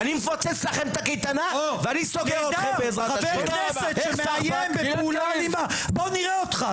אני מכבד ומעריך ואוהב אותם אבל אני צריך להטיח בפניה האשמות ועובדות,